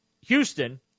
Houston